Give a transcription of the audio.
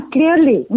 Clearly